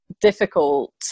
difficult